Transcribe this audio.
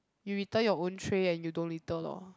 you return your own tray and you don't litter loh